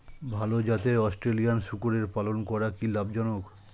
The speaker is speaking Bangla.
ভাল জাতের অস্ট্রেলিয়ান শূকরের পালন করা কী লাভ জনক?